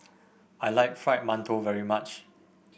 I like Fried Mantou very much